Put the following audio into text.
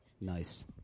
Nice